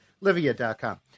Livia.com